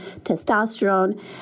testosterone